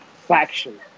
faction